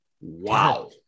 wow